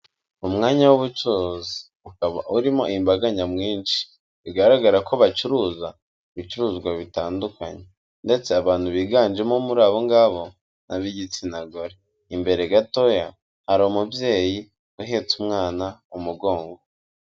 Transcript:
Umwanya w'ubucuruzi, ukaba urimo imbaga nyamwinshi, bigaragara ko bacuruza ibicuruzwa bitandukanye, ndetse abantu biganjemo muri abo ngabo ni ab'igitsina gore, imbere gatoya hari umubyeyi uhetse umwana umugongo.